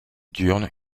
diurne